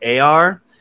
AR